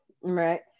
Right